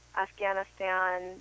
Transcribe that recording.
Afghanistan